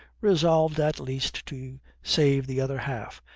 resolved at least to save the other half,